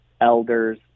elders